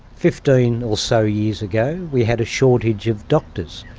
fifteen or so years ago we had a shortage of doctors,